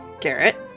Garrett